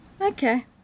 Okay